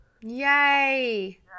Yay